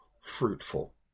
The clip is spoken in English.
fruitful